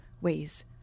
ways